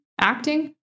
acting